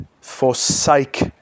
forsake